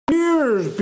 years